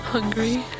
Hungry